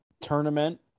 tournament